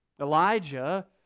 Elijah